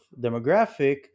demographic